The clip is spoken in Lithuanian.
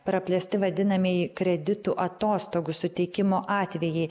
praplėsti vadinamieji kreditų atostogų suteikimo atvejai